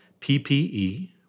PPE